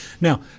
Now